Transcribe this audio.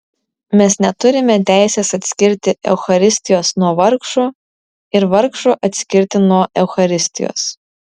mes neturime teisės atskirti eucharistijos nuo vargšų ir vargšų atskirti nuo eucharistijos